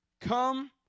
Come